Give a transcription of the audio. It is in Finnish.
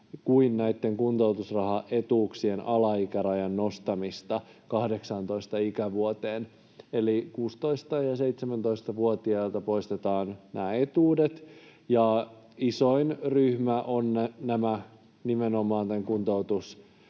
kuin kuntoutusrahaetuuksien alaikärajan nostamista 18 ikävuoteen. Eli 16- ja 17-vuotiailta poistetaan nämä etuudet, ja isoin ryhmä on nimenomaan kuntoutusrahaa